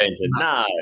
no